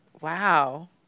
wow